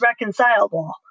reconcilable